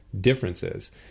Differences